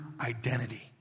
identity